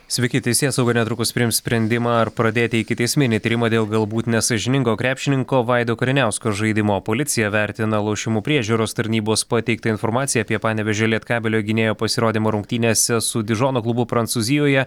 sveiki teisėsauga netrukus priims sprendimą ar pradėti ikiteisminį tyrimą dėl galbūt nesąžiningo krepšininko vaido kariniausko žaidimo policija vertina lošimų priežiūros tarnybos pateiktą informaciją apie panevėžio lietkabelio gynėjo pasirodymo rungtynėse su dižono klubu prancūzijoje